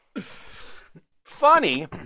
Funny